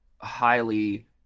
highly